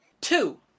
Two